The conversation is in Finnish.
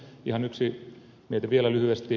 ihan yksi miete vielä lyhyesti